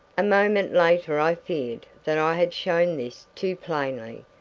a moment later i feared that i had shown this too plainly.